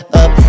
up